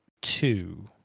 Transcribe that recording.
two